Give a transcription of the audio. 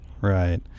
right